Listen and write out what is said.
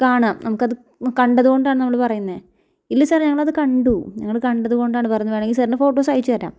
കാണാം നമുക്കത് കണ്ടത് കൊണ്ടാണ് നമ്മൾ പറയുന്നത് ഇല്ല സാർ ഞങ്ങളത് കണ്ടു ഞങ്ങൾ കണ്ടത് കൊണ്ടാണ് വെറുതെ വേണമെങ്കിൽ സാറ്ന് ഫോട്ടോസ് അയച്ച് തരാം